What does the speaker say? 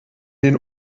den